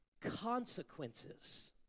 consequences